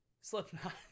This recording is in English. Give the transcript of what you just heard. Slipknot